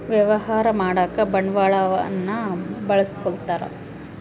ವ್ಯವಹಾರ ಮಾಡಕ ಬಂಡವಾಳನ್ನ ಬಳಸ್ಕೊತಾರ